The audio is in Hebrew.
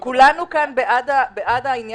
דרור, כולנו כאן בעד התחרות.